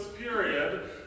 period